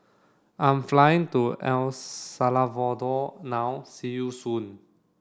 I am flying to El Salvador now see you soon